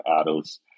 adults